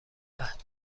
عهد